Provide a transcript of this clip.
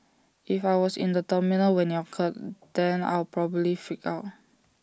if I was in the terminal when IT occurred then I'll probably freak out